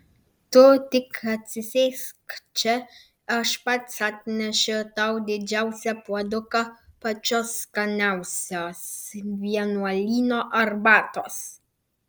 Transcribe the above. tu tik atsisėsk čia aš pats atnešiu tau didžiausią puoduką pačios skaniausios vienuolyno arbatos